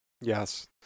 Yes